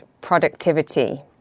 productivity